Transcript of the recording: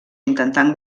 intentant